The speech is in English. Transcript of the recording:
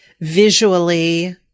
visually